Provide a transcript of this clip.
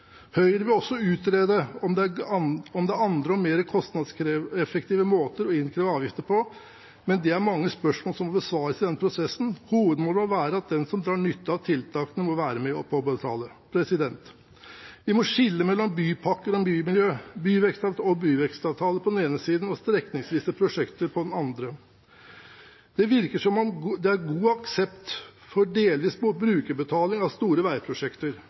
Høyre vil også utrede om det er andre og mer kostnadseffektive måter å innfri avgifter på, men det er mange spørsmål som må besvares i den prosessen. Hovedmålet må være at den som drar nytte av tiltakene, må være med på å betale. Vi må skille mellom bypakker/bymiljø og byvekstavtaler på den ene siden og strekningsvise prosjekter på den andre. Det virker som om det er stor aksept for delvis brukerbetaling av store veiprosjekter.